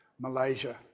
Malaysia